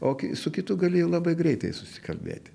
o su kitu gali labai greitai susikalbėti